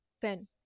pen